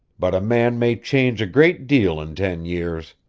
but a man may change a great deal in ten years.